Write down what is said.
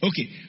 Okay